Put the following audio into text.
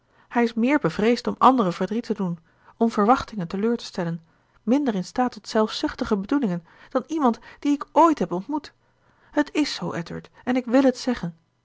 hij is meer bevreesd om anderen verdriet te doen om verwachtingen teleur te stellen minder in staat tot zelfzuchtige bedoelingen dan iemand dien ik ooit heb ontmoet het is zoo edward en ik wil het zeggen